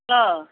hello